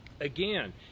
again